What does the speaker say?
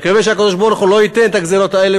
מקווה שהקדוש-ברוך-הוא לא ייתן את הגזירות האלה,